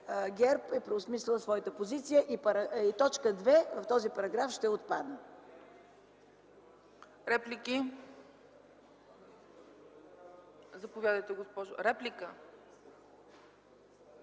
ГЕРБ е преосмислил своята позиция и т. 2 от този параграф ще отпадне.